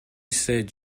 said